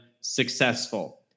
successful